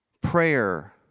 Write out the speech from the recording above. prayer